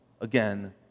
again